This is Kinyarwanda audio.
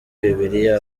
bibiliya